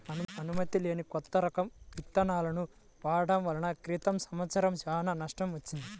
అనుమతి లేని కొత్త రకం పత్తి విత్తనాలను వాడటం వలన క్రితం సంవత్సరం చాలా నష్టం వచ్చింది